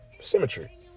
Symmetry